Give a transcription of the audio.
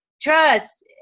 trust